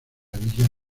villa